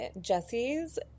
Jesse's